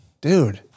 Dude